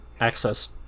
access